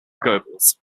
goebbels